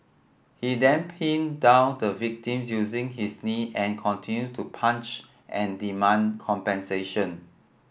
he then pinned down the victim using his knee and continued to punch and demand compensation